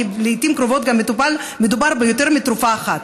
כי לעיתים קרובות מדובר ביותר מתרופה אחת.